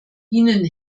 ihnen